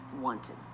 wanted